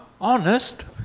honest